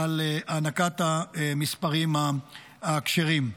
על הענקת המספרים הכשרים.